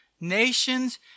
nations